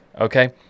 Okay